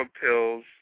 Pills